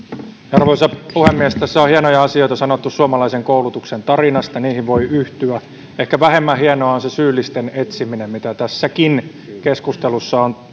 arvoisa puhemies tässä on hienoja asioita sanottu suomalaisen koulutuksen tarinasta niihin voi yhtyä ehkä vähemmän hienoa on se syyllisten etsiminen mihinkä tässäkin keskustelussa on